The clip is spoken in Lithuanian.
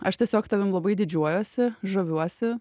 aš tiesiog tavim labai didžiuojuosi žaviuosi